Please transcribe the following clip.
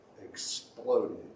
exploded